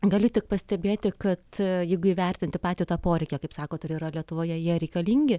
gali tik pastebėti kad jeigu įvertinti patį tą poreikį o kaip sakot ar yra lietuvoje jie reikalingi